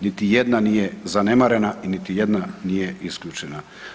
Niti jedna nije zanemarena i niti jedna nije isključena.